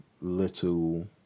little